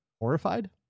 horrified